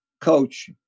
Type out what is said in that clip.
coach